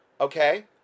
okay